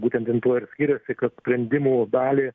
būtent jin tuo ir skiriasi kad sprendimų dalį